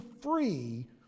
free